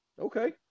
Okay